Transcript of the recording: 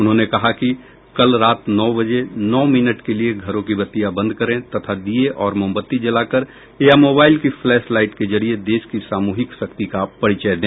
उन्होंने कहा कि कल रात नौ बजे नौ मिनट के लिए घरों की बत्तियां बंद करें तथा दीये और मोमबत्ती जलाकर या मोबाइल की फ्लैश लाइट के जरिए देश की सामूहिक शक्ति का परिचय दें